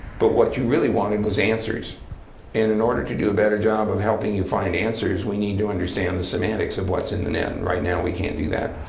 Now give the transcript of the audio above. but what you really wanted was answers. and in order to do a better job of helping you find answers, we need to understand the semantics of what's in the net. and right now, we can't do that.